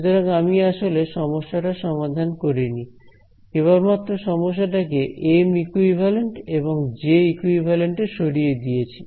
সুতরাং আমি আসলে সমস্যাটা সমাধান করিনি কেবলমাত্র সমস্যাটাকে এম ইকুইভ্যালেন্ট এবং জে ইকুইভ্যালেন্ট এ সরিয়ে দিয়েছি